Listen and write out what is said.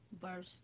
Verse